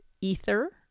ether